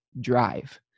drive